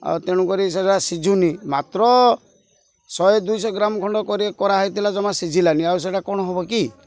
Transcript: ଆଉ ତେଣୁକରି ସେଇଟା ସିଝୁନି ମାତ୍ର ଶହେ ଦୁଇଶହ ଗ୍ରାମ ଖଣ୍ଡ କରି କରାହେଇଥିଲା ଜମା ସିଝିଲାନି ଆଉ ସେଇଟା କ'ଣ ହବ କି